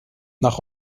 nach